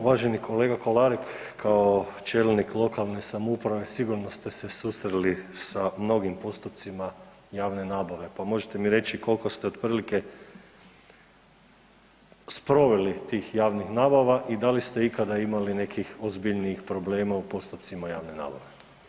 Uvaženi kolega Kolarek kao čelnik lokalne samouprave sigurno ste se susreli sa mnogim postupcima javne nabave, pa možete mi reći koliko ste otprilike sproveli tih javnih nabava i da li ste ikada imali nekih ozbiljnijih problema u postupcima javne nabave?